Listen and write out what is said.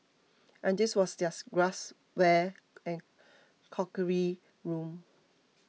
and this was their glassware and crockery room